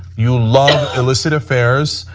you love illicit affairs.